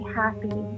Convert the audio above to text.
happy